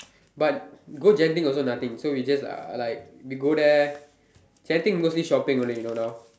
but go Genting also nothing so we just uh like we go there Genting mostly shopping only you know now